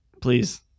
Please